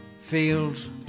Fields